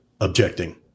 objecting